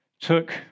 took